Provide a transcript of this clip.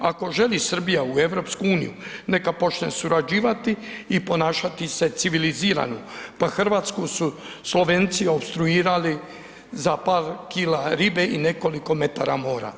Ako želi Srbija u EU, neka počne surađivati i ponašati se civilizirani, pa Hrvatsku su Slovenci opstruirali za par kila riba i nekoliko metara mora.